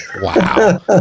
Wow